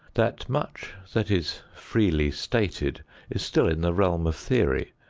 that much that is freely stated is still in the realm of theory,